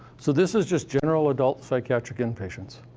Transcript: so this is just general adult psychiatric inpatients.